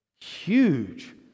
huge